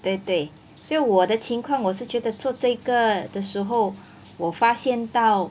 对对所以我的情况我是觉得做这个的时候我发现到